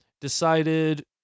Decided